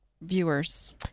viewers